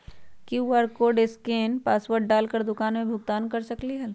QR code scan password डाल कर दुकान में भुगतान कर सकलीहल?